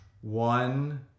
one